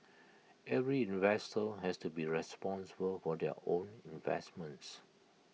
every investor has to be responsible for their own investments